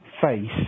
face